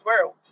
world